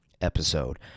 episode